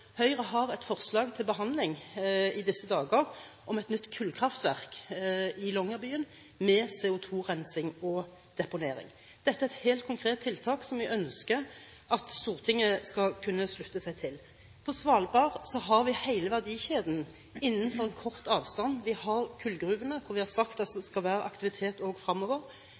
Høyre har i disse dager et forslag til behandling om et nytt kullkraftverk med CO2-rensing og deponering i Longyearbyen. Dette er et helt konkret tiltak som vi ønsker at Stortinget skal kunne slutte seg til. På Svalbard har vi hele verdikjeden innen kort avstand. Vi har kullgruvene der vi har sagt det skal være aktivitet også fremover. Longyearbyen og